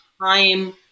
time